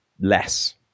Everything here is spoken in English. less